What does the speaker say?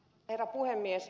herra puhemies